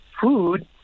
food